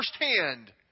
firsthand